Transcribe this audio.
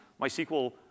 MySQL